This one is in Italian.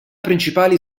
principali